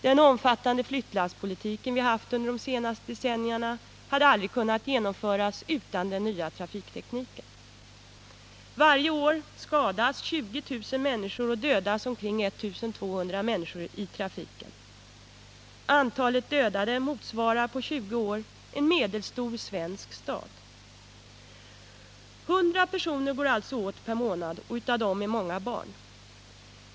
Den omfattande flyttlasspolitik som vi haft under de senaste decennierna hade aldrig kunnat genomföras utan den nya trafiktekniken. Varje år skadas 20000 och dödas omkring 1 200 människor i trafiken. Antalet dödade motsvarar på 20 år en medelstor svensk stad. 100 personer går alltså åt per månad, och av dem är många barn.